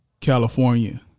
California